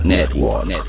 Network